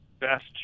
best